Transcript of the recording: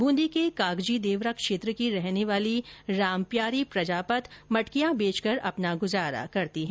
बून्दी के कागजी देवरा क्षेत्र की रहने वाली रामप्यारी प्रजापत मटकियां बेचकर अपना गुजारा करती है